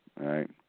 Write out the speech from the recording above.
right